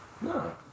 No